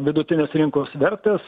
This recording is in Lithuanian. vidutinės rinkos vertės